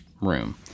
room